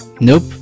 Nope